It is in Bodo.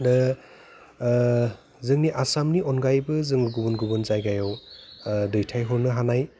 जोंनि आसामनि अनगायैबो जों गुबुन गुबुन जायगायाव दैथायहरनो हानाय